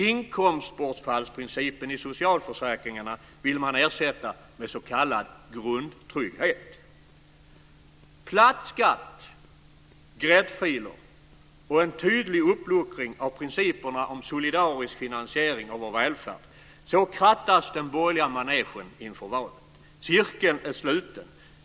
Inkomstbortfallsprincipen i socialförsäkringarna vill man ersätta med s.k. grundtrygghet. Platt skatt, gräddfiler och en tydlig uppluckring av principerna om solidarisk finansiering av vår välfärd. Så krattas den borgerliga manegen inför valet. Cirkeln är sluten.